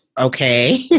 okay